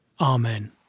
Amen